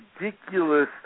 ridiculous